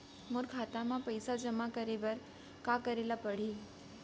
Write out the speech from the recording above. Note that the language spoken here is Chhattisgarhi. मोर खाता म पइसा जेमा करे बर का करे ल पड़ही?